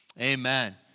Amen